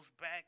back